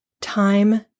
time